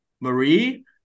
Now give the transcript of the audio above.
Marie